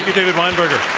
david weinberger.